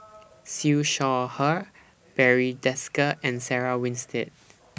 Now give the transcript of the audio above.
Siew Shaw Her Barry Desker and Sarah Winstedt